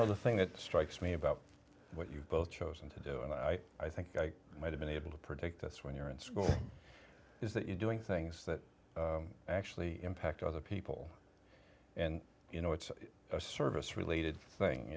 know the thing that strikes me about what you've both chosen to do and i i think i might have been able to predict this when you're in school is that you're doing things that actually impact other people and you know it's a service related thing